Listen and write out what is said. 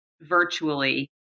virtually